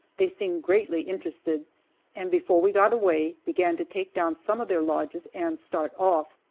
they seemed greatly interested and before we got away began to take down some of their lodges and start off.